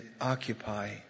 occupy